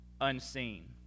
unseen